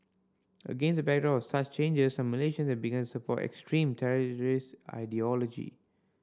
against the backdrop of such changes some Malaysians have begun to support extremist terrorist ideology